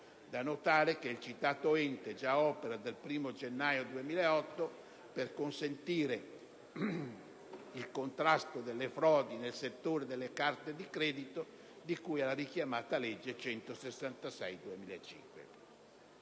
da notare che il citato ente opera già dal 1º gennaio 2008, per consentire il contrasto delle frodi nel settore delle carte di credito, di cui alla richiamata legge n.